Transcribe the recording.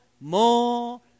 more